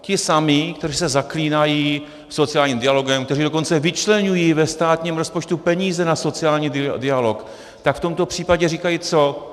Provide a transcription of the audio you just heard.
Ti samí, kteří se zaklínají sociálním dialogem, kteří dokonce vyčleňují ve státním rozpočtu peníze na sociální dialog, tak v tomto případě říkají co?